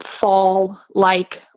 fall-like